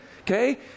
okay